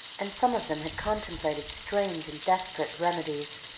and some of them had contemplated strange and desperate remedies.